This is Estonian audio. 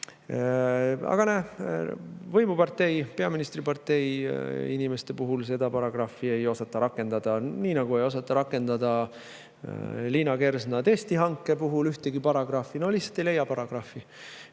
näe, võimupartei, peaministripartei inimeste puhul seda paragrahvi ei osata rakendada, nii nagu ei osata rakendada Liina Kersna testihanke puhul ühtegi paragrahvi. No lihtsalt ei leia paragrahvi!